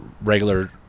regular